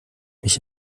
mich